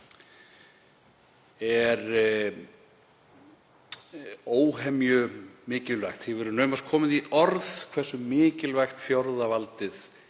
er óhemjumikilvægt. Því verður naumast komið í orð hversu mikilvægt fjórða valdið